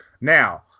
Now